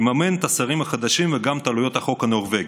תממן את השרים החדשים וגם את עלויות החוק הנורבגי.